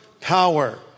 power